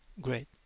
great